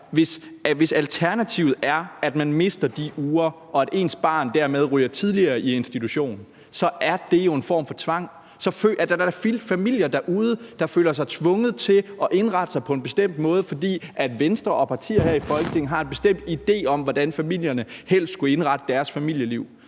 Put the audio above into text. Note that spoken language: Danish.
hvis alternativet er, at man mister de uger, og at ens barn dermed ryger tidligere i institution, er det jo en form for tvang. Så er der da familier derude, der føler sig tvunget til at indrette sig på en bestemt måde, fordi Venstre og andre partier her i Folketinget har en bestemt anden idé om, hvordan familierne helst skulle indrette deres familieliv.